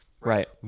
right